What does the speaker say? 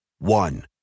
One